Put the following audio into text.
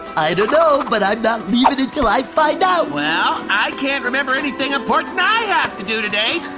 i don't know but i'm not leaving until i find out! well, i can't remember anything important i have to do today.